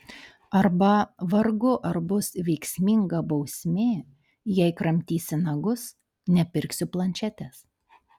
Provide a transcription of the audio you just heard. arba vargu ar bus veiksminga bausmė jei kramtysi nagus nepirksiu planšetės